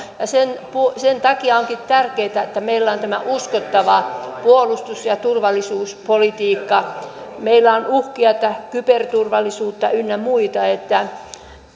sen sen takia onkin tärkeätä että meillä on uskottava puolustus ja turvallisuuspolitiikka meillä on uhkia kyberturvallisuutta ynnä muita että